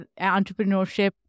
entrepreneurship